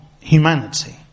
humanity